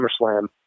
SummerSlam